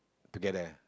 together